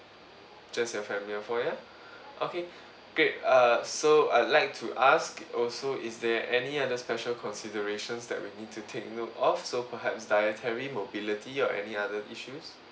just your family of four ya okay great uh so I'd like to ask also is there any other special considerations that we need to take note of so perhaps dietary mobility or any other issues